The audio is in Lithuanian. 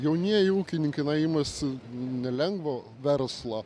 jaunieji ūkininkai imasi nelengvo verslo